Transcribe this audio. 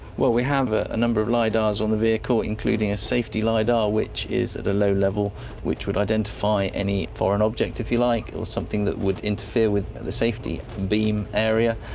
we have ah a number of lidars on the vehicle, including a safety lidar which is at a low level which would identify any foreign object, if you like, or something that would interfere with the safety beam area,